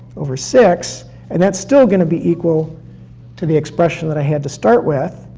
over six and that's still gonna be equal to the expression that i had to start with.